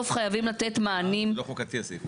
הסעיף הזה לא חוקתי.